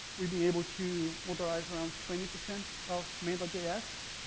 we've been able to modularize around twenty percent of main js,